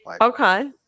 Okay